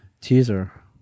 Teaser